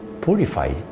purify